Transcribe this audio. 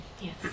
Yes